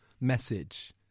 message